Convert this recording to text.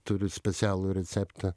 turiu specialų receptą